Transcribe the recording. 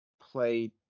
play